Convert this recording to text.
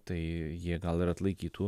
tai jie gal ir atlaikytų